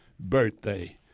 birthday